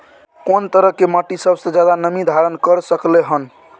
कोन तरह के माटी सबसे ज्यादा नमी धारण कर सकलय हन?